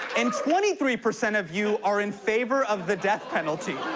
and twenty three percent of you are in favor of the death penalty.